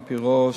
על-פי רוב,